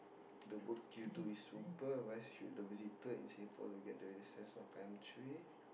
the work you do is super wheres you do visit in Singapore we get recess of country